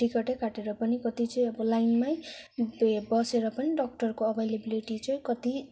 टिकटै काटेर पनि कति चाहिँ अब लाइनमै भे बसेर पनि डाक्टरको एभाइलेब्लिटी चाहिँ कति